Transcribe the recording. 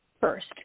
first